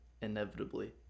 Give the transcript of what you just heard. inevitably